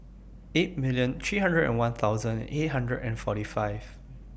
eight million three hundred and one thousand eight hundred and forty five